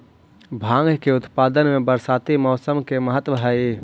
भाँग के उत्पादन में बरसाती मौसम के महत्त्व हई